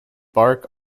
bark